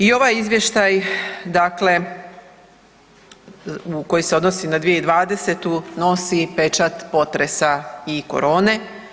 I ovaj izvještaj dakle koji se odnosi na 2020. nosi pečat potresa i korone.